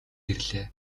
ирлээ